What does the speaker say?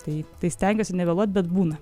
tai tai stengiuosi nevėluot bet būna